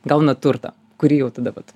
gauna turtą kurį jau tada vat